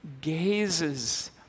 gazes